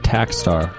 TaxStar